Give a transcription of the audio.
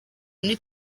muri